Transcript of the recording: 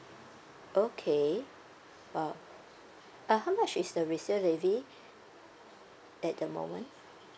okay !wow! uh how much is the resale levy at the moment